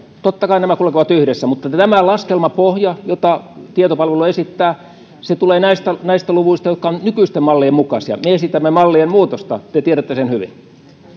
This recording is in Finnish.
totta kai nämä kulkevat yhdessä mutta tämä laskelmapohja jota tietopalvelu esittää tulee näistä näistä luvuista jotka ovat nykyisten mallien mukaisia me esitämme mallien muutosta te tiedätte sen hyvin